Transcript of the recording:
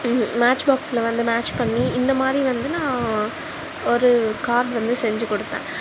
match பாக்ஸில் வந்து match பண்ணி இந்த மாதிரி வந்து நான் ஒரு கார்ட் வந்து செஞ்சு கொடுத்தேன்